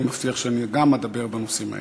אני מבטיח שאני גם אדבר בנושאים האלה.